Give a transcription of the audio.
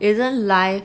isn't life